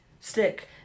stick